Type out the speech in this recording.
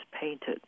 painted